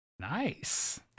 Nice